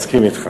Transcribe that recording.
מסכים אתך.